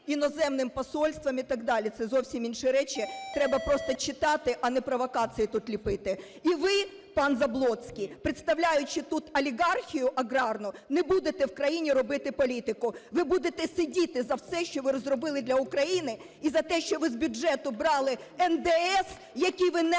іноземним посольствам і так далі. Це зовсім інші речі, треба просто читати, а не провокації тут ліпити. І ви, пан Заблоцький, представляючи тут олігархію аграрну, не будете в країні робити політику, ви будете сидіти за все, що ви розробили для України, і за те, що ви з бюджету брали НДС, який ви не заплатили